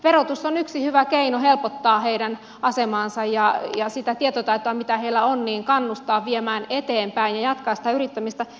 verotus on yksi hyvä keino helpottaa heidän asemaansa ja sitä tietotaitoa mitä heillä on kannustaa viemään eteenpäin ja jatkaa sitä yrittämistä